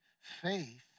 faith